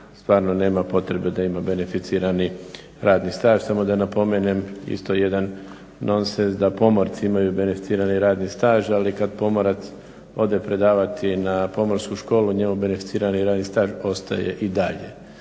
stvarno nema potrebe da ima beneficirani radni staž. Samo da napomenem isto jedan nonsens da pomorci imaju beneficirani radni staž. Ali kad pomorac ode predavati na Pomorsku školu njemu beneficirani radni staž ostaje i dalje.